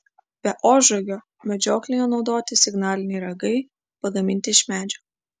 be ožragio medžioklėje naudoti signaliniai ragai pagaminti iš medžio